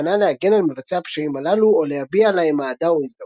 בכוונה להגן על מבצעי הפשעים הללו או להביע להם אהדה או הזדהות".